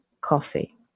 coffee